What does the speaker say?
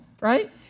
right